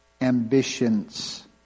ambitions